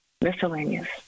miscellaneous